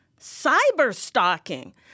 cyber-stalking